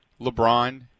LeBron